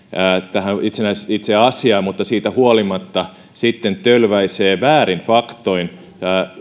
tähän itse asiaan mutta siitä huolimatta sitten tölväisee väärin faktoin